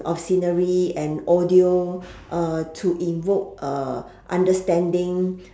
of scenery and audio uh to invoke uh understanding